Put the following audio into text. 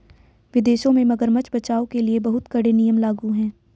विदेशों में मगरमच्छ बचाओ के लिए बहुत कड़े नियम लागू हैं